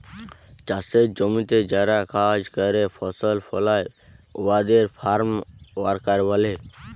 চাষের জমিতে যারা কাজ ক্যরে ফসল ফলায় উয়াদের ফার্ম ওয়ার্কার ব্যলে